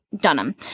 Dunham